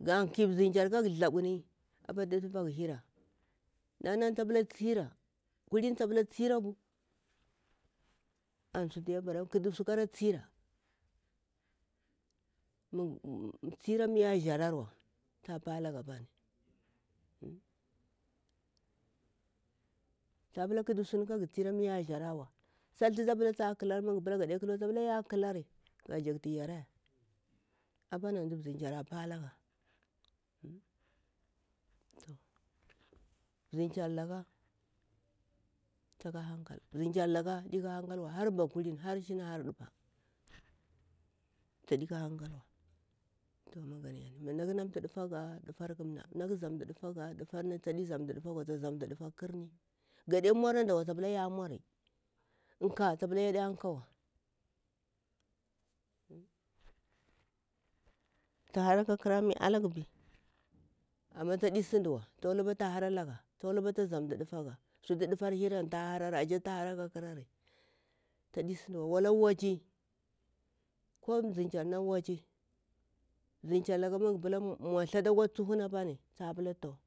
ga ki zinkyar kara thabuni apa luktu dufagah hira, kuhina ta pila tsi a ƙatu subu kara tsira, tsira mi ya zarawa antu fa palaga apani ta pullaga ƙatu suni kara tsira mi ya zarawa sal tuta pila ta ƙalari muga pita gade ƙalwa tsa pila ya ƙalari ga jaktu yara ya apani antu zamƙar a palaga zimkyar laka taka hankal zimkyar laka tsaɗe ka hankal wa har ba kulini hara shina har ɗupa tsa di ka hankalwa naƙa nantu ɗu kaga taknantu ɗufaga naƙu zamtu kutaga tadi zamtu kutaguwa ta zamtu ɗufa ƙarni gade muri adawa ta pila ya mauri kah ta pila yada ƙawa ya hara aka ƙarami wumi alaguwa amma tadi sinduwa to wula apa ta hara alaga to wulapa ta zamtu ɗufaga ta harari ashe ta hara ala ƙarari tadi sinɗuwa wala waci ko zimkyar na waci zinkyar laka muga oila mu thathatu akwa tsutum apani tsa pila toh.